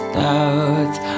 doubts